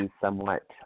somewhat